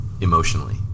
emotionally